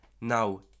Now